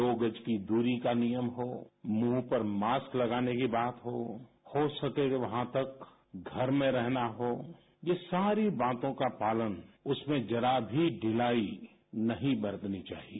दो गज की दूरी का नियम हो मुंह पर मास्क लगाने की बात हो हो सके तो वहां तक घर में रहना हो ये सारी बातों का पालन उसमें जरा भी ढिलाई नहीं बरतनी चाहिए